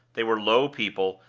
they were low people,